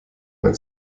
mein